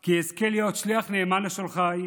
כי אזכה להיות שליח נאמן לשולחיי,